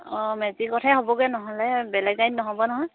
অঁ মেজিকতহে হ'বগৈ নহ'লে বেলেগ গাড়ীত নহ'ব নহয়